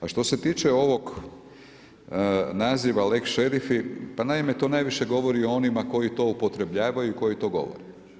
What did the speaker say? A što se tiče ovog naziva lex šerifi, pa naime to najviše govori o onima koji to upotrebljavaju i koji to govore.